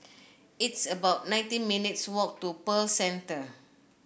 it's about nineteen minutes' walk to Pearl Centre